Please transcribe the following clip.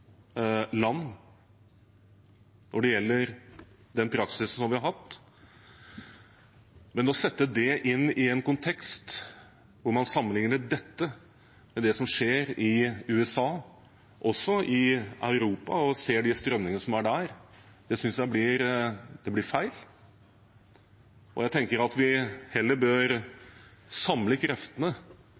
land når det gjelder den praksisen vi har hatt, men å sette det inn i en kontekst hvor man sammenligner dette med det som skjer i USA, og også i Europa, og ser de strømningene som er der, synes jeg blir feil. Jeg tenker at vi heller bør samle kreftene,